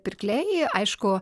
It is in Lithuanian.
pirkliai aišku